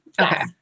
Okay